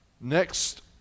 Next